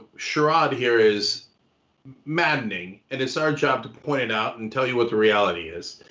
charade here is maddening, and it's our job to point it out and tell you what the reality is.